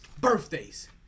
Birthdays